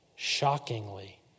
Shockingly